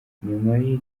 nyuma